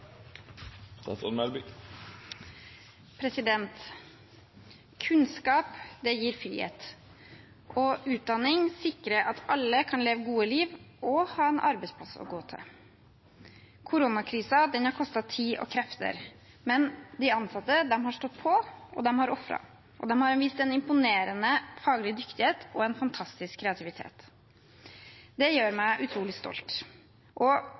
Kunnskap gir frihet, og utdanning sikrer at alle kan leve gode liv og ha en arbeidsplass å gå til. Koronakrisen har kostet tid og krefter, men de ansatte har stått på, og de har ofret, og de har vist en imponerende faglig dyktighet og en fantastisk kreativitet. Det gjør meg utrolig stolt.